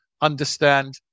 understand